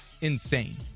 insane